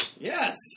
Yes